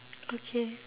okay